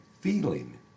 feeling